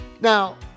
Now